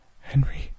Henry